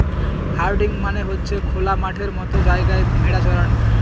herding মানে হচ্ছে খোলা মাঠের মতো জায়গায় ভেড়া চরানো